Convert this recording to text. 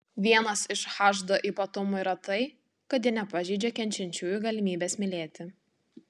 vienas iš hd ypatumų yra tai kad ji nepažeidžia kenčiančiųjų galimybės mylėti